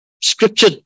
Scripture